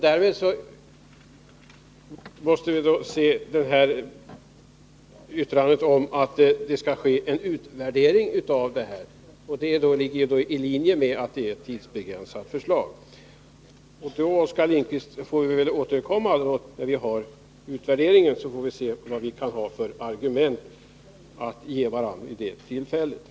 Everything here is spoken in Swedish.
Förslaget att det skall ske en utvärdering ligger i linje med att åtgärden är tidsbegränsad. Vi får väl återkomma, Oskar Lindkvist, när utvärderingen är gjord och då se vilka argument vi har att komma med.